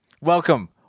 Welcome